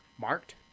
marked